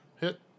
Hit